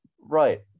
right